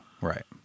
right